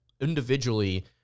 individually